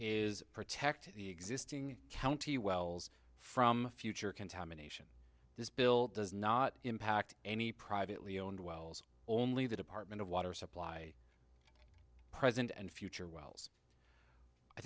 is protect the existing county wells from future contamination this bill does not impact any privately owned wells only the department of water supply present and future wells i